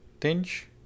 Tinge